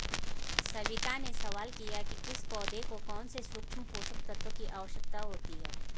सविता ने सवाल किया कि किस पौधे को कौन से सूक्ष्म पोषक तत्व की आवश्यकता होती है